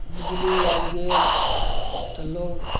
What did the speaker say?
बिजली आबि गेल तऽ लोक